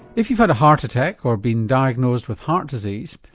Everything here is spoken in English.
if you've had a heart attack or been diagnosed with heart disease,